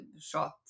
shot